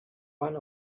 want